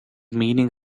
meaning